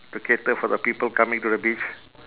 to cater for the people coming to the beach